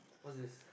what's this